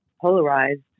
polarized